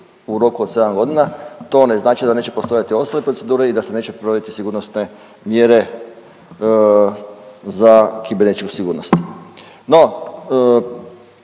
u roku od 7 godina, to ne znači da neće postojati ostale procedure i da se neće provoditi sigurnosne mjere za kibernetičku sigurnost. No,